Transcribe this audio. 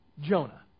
jonah